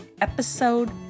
episode